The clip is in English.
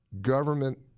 government